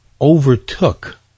overtook